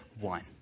one